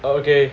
okay